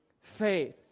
faith